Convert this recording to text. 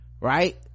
Right